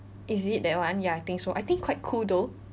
is it that one ya I think so I think quite cool though